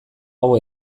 hau